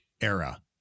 era